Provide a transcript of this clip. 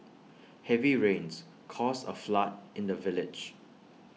heavy rains caused A flood in the village